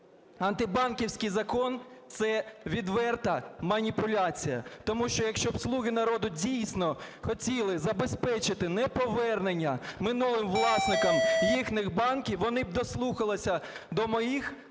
Антибанківський закон – це відверта маніпуляція, тому що, якщо б "слуги народу", дійсно, хотіли б забезпечити неповернення минулим власникам їхніх банків, вони б дослухалися до моїх…